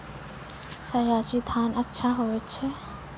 सयाजी धान अच्छा होय छै?